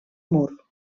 mur